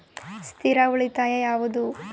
ಸ್ಥಿರ ಉಳಿತಾಯ ಯಾವುದು?